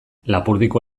lapurdiko